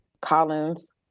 Collins